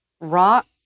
rock